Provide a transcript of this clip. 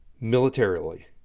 militarily